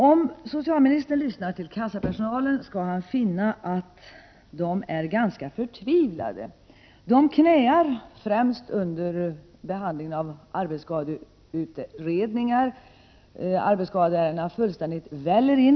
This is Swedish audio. Om socialministern lyssnar till kassapersonalen skall han finna att personalen är ganska förtvivlad. Den knäar främst under behandlingen av arbetsskadeärenden. Arbetsskadeärendena fullständigt väller in.